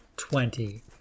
Twenty